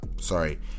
sorry